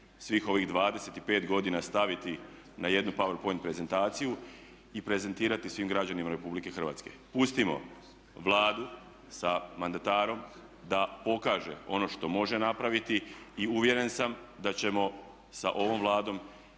svih ovih 25 godina staviti na jednu power point prezentaciju i prezentirati svim građanima RH. Pustimo Vladu sa mandatarom da pokaže ono što može napraviti i uvjeren sam da ćemo sa ovom Vladom